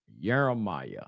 Jeremiah